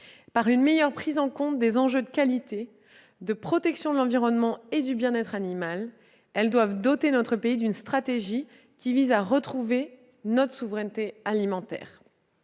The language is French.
par une meilleure prise en compte des enjeux de qualité, de protection de l'environnement et du bien-être animal, elles doivent doter notre pays d'une stratégie visant à nous permettre de recouvrer notre souveraineté alimentaire.